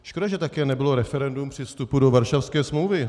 Škoda, že také nebylo referendum při vstupu do Varšavské smlouvy.